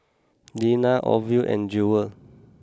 Deena Orvel and Jewel